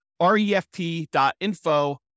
refp.info